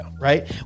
right